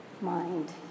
mind